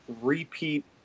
repeat